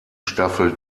staffel